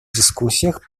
дискуссиях